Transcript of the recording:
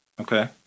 Okay